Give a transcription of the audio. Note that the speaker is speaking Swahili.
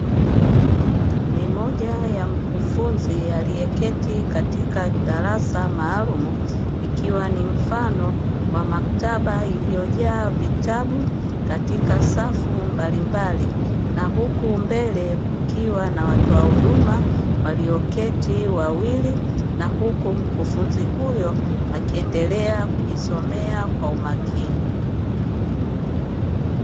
Ni moja ya mkufunzi aliyeketi katika darasa maalumu ikiwa ni mfano wa maktaba iliyojaa vitabu katika safu mbalimbali, na huku mbele kukiwa na watoa huduma walioketi wawili na huku mkufunzi huyo akiendelea kujisomea kwa umakini.